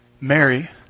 Mary